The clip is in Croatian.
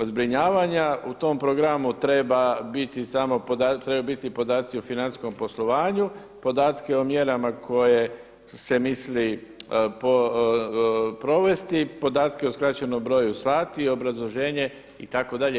zbrinjavanja, u tom programu treba biti samo, trebaju biti podaci o financijskom poslovanju, podatke o mjerama koje se misli provesti, podatke o skraćenom broju sati, obrazloženje itd.